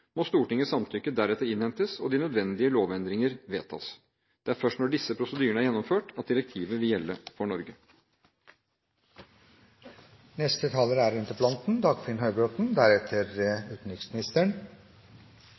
må Stortingets samtykke deretter innhentes og de nødvendige lovendringer vedtas. Det er først når disse prosedyrene er gjennomført, at direktivet vil gjelde for Norge. Utenriksministerens svar er